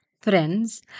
Friends